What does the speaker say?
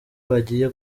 bagiye